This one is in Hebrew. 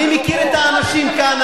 אני מכיר את האנשים כאן,